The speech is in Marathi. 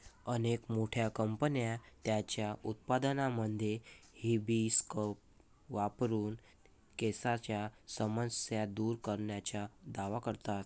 अनेक मोठ्या कंपन्या त्यांच्या उत्पादनांमध्ये हिबिस्कस वापरून केसांच्या समस्या दूर करण्याचा दावा करतात